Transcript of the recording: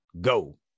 Go